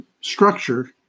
structure